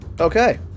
okay